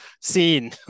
scene